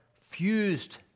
fused